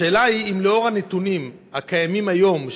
השאלה היא אם לנוכח הנתונים הקיימים היום,